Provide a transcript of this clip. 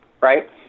right